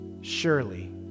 surely